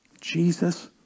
Jesus